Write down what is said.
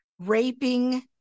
raping